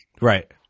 Right